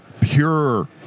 pure